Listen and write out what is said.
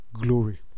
glory